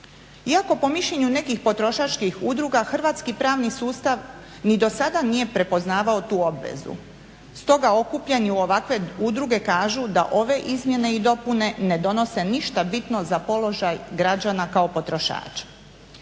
Iako po mišljenju nekih potrošačkih udruga, hrvatski pravni sustav ni do sada nije prepoznavao tu obvezu. Stoga okupljanje u ovakve udruge kažu da ove izmjene i dopune ne donose ništa bitno za položaj građana kao potrošača.